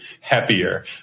happier